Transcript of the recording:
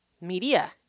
media